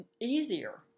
easier